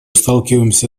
сталкиваемся